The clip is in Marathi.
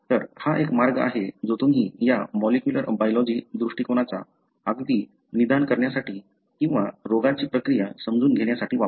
तर हा एक मार्ग आहे जो तुम्ही या मॉलिक्युलर बायलॉजि दृष्टिकोनाचा अगदी निदान करण्यासाठी किंवा रोगाची प्रक्रिया समजून घेण्यासाठी वापरता